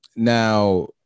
Now